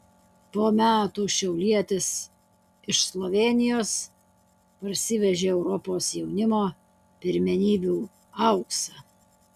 po metų šiaulietis iš slovėnijos parsivežė europos jaunimo pirmenybių auksą